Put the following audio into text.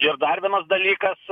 ir dar vienas dalykas